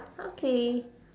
okay